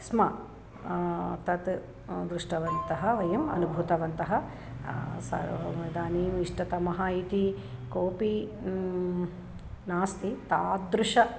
स्म तत् दृष्टवन्तः वयम् अनुभूतवन्तः सः इदानीम् इष्टतमः इति कोपि नास्ति तादृशः